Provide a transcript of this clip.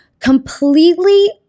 completely